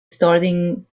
starting